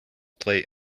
play